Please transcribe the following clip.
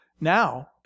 now